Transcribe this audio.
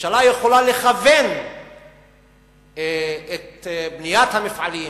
הממשלה יכולה לכוון את בניית המפעלים,